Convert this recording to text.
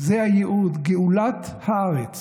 זה הייעוד: גאולת הארץ